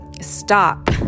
stop